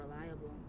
reliable